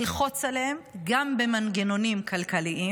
ללחוץ עליהם גם במנגנונים כלכליים,